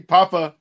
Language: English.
Papa